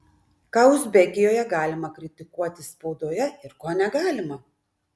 ką uzbekijoje galima kritikuoti spaudoje ir ko negalima